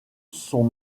sont